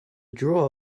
drawer